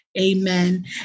Amen